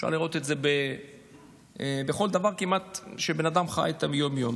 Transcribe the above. אפשר לראות את זה כמעט בכל דבר שבן חי איתו יום-יום.